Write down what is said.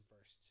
first